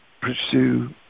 pursue